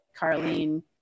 carlene